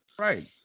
Right